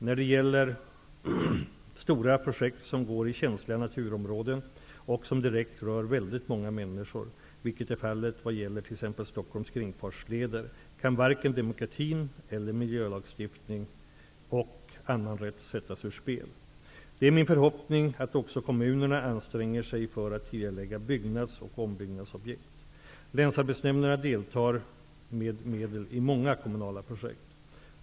När det gäller stora projekt som går i känsliga naturområden och som direkt rör väldigt många människor, vilket är fallet vad gäller t.ex. Stockholms kringfartsleder, kan varken demokratin, miljölagstiftningen eller annan rätt sättas ur spel. Det är min förhoppning att också kommunerna anstränger sig för att tidigarelägga byggnads och ombyggnadsprojekt. Länsarbetsnämnderna deltar med medel i många kommunala projekt.